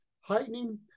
heightening